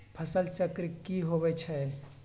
फसल चक्र की होई छै?